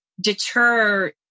deter